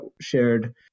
shared